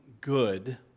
good